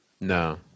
No